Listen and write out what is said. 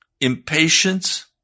impatience